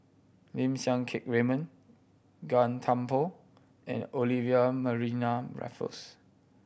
Lim Siang Keat Raymond Gan Thiam Poh and Olivia Mariamne Raffles